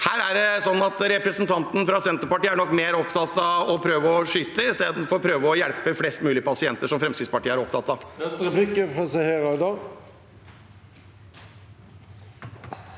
Her er nok representanten fra Senterpartiet mer opptatt av å prøve å skyte – istedenfor å prøve å hjelpe flest mulig pasienter, som Fremskrittspartiet er opptatt av.